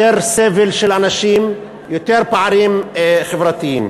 יותר סבל של אנשים, יותר פערים חברתיים.